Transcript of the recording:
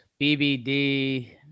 BBD